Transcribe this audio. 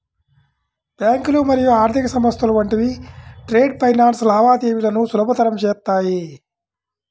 బ్యాంకులు మరియు ఆర్థిక సంస్థలు వంటివి ట్రేడ్ ఫైనాన్స్ లావాదేవీలను సులభతరం చేత్తాయి